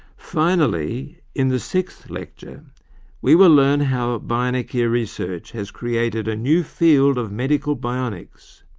finally, in the sixth lecture we will learn how bionic ear research has created a new field of medical bionics,